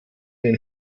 den